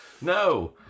No